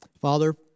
Father